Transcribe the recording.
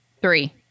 three